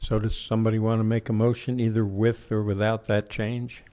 so does somebody want to make a motion either with or without that change